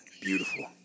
Beautiful